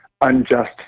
unjust